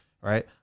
right